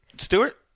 Stewart